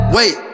Wait